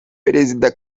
perezida